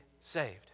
saved